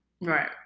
Right